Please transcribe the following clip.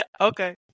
Okay